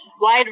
wide